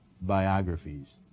biographies